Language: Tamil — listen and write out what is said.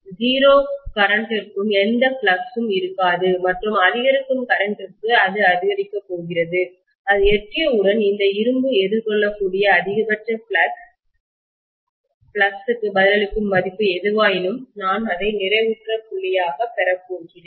0 கரண்ட்டிற்குமின்னோட்டத்திற்கு எந்த ஃப்ளக்ஸ் உம் இருக்காது மற்றும் அதிகரிக்கும் கரண்ட்டிற்கு அது அதிகரிக்கப் போகிறது அது எட்டியவுடன் இந்த இரும்பு எதிர்கொள்ளக்கூடிய அதிகபட்ச ஃப்ளக்ஸ் க்கு பதிலளிக்கும் மதிப்பு எதுவாயினும் நான் அதை நிறைவுற்ற புள்ளியாக பெற போகிறேன்